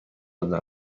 داده